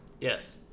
Yes